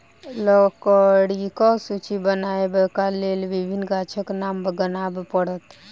लकड़ीक सूची बनयबाक लेल विभिन्न गाछक नाम गनाब पड़त